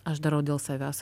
aš darau dėl savęs